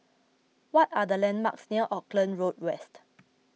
what are the landmarks near Auckland Road West